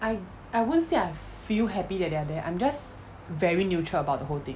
I I wouldn't say I feel happy that they are then I'm just very neutral about the whole thing